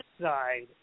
side